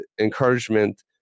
encouragement